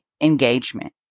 engagement